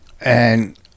And-